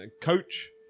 coach